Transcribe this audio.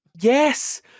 Yes